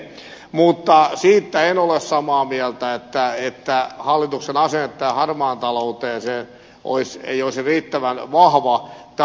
mutta siitä en ole samaa mieltä että hallituksen asenne tähän harmaaseen talouteen ei olisi riittävän vahva